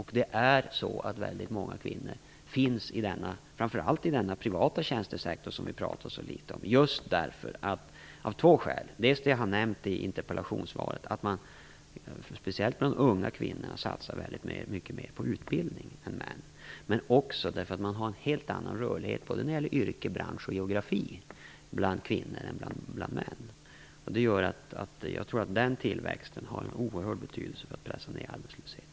Väldigt många kvinnor är av två skäl sysselsatta framför allt i denna privata tjänstesektor som vi pratar så litet om. Det första skälet nämnde jag i interpellationssvaret. Speciellt bland unga kvinnor satsar man mycket mera på utbildning än vad män gör. Dessutom finns det en helt annan rörlighet när det gäller yrke, bransch och geografi bland kvinnor än bland män. Jag tror att den tillväxten har en oerhörd betydelse för att pressa ner arbetslösheten.